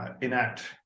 enact